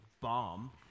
bomb